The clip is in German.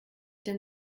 denn